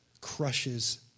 crushes